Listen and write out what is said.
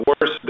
worse